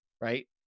right